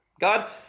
God